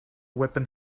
weapon